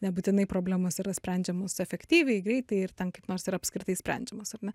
nebūtinai problemos yra sprendžiamos efektyviai greitai ir ten kaip nors yra apskritai sprendžiamos ar ne